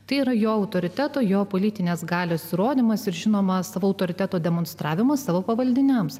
tai yra jo autoriteto jo politinės galios rodymas ir žinoma savo autoriteto demonstravimas savo pavaldiniams